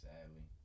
Sadly